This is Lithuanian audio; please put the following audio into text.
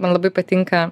man labai patinka